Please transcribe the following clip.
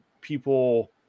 people